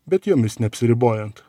bet jomis neapsiribojant